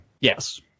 Yes